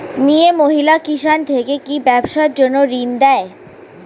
মিয়ে মহিলা কিষান থেকে কি ব্যবসার জন্য ঋন দেয়?